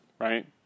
Right